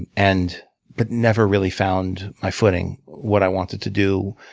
and and but never really found my footing, what i wanted to do.